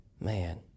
Man